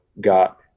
got